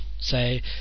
say